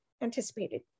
anticipated